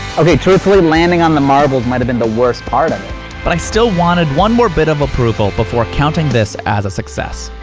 okay, truthfully, landing on the marbles might have been the worst part of but, i still wanted one more bit of approval, before counting this as a success.